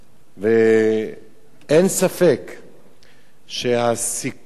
אין ספק שהסיכוי,